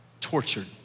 tortured